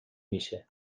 میشه